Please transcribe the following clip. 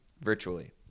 virtually